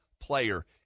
player